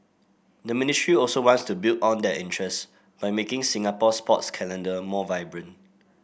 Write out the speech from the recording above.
the ministry also wants to build on that interest by making Singapore's sports calendar more vibrant